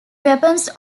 weapons